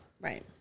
right